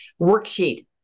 worksheet